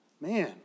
Man